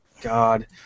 God